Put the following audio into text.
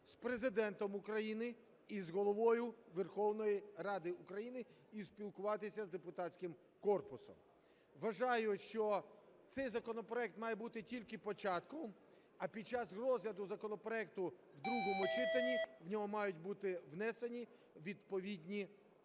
з Президентом України і з Головою Верховної Ради України, і спілкуватися з депутатським корпусом. Вважаю, що цей законопроект має бути тільки початком, а під час розгляду законопроекту в другому читанні в ньому мають бути внесені відповідні зміни.